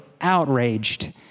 outraged